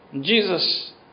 Jesus